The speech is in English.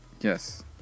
Yes